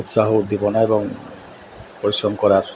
উৎসাহ উদ্দীপনা এবং পরিশ্রম করার